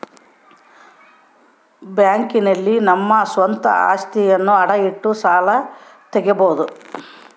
bank ನಲ್ಲಿ ನಮ್ಮ ಸ್ವಂತ ಅಸ್ತಿಯನ್ನ ಅಡ ಇಟ್ಟು ಸಾಲ ತಗೋಬೋದು